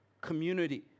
community